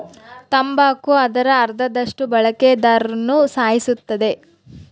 ತಂಬಾಕು ಅದರ ಅರ್ಧದಷ್ಟು ಬಳಕೆದಾರ್ರುನ ಸಾಯಿಸುತ್ತದೆ